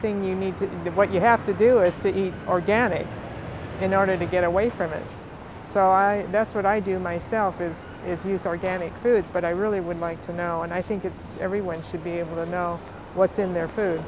thing you need to do what you have to do is to eat organic in order to get away from it so i that's what i do myself is it's use organic foods but i really would like to know and i think it's everyone should be able to know what's in there fo